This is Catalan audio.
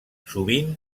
sovint